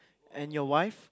and your wife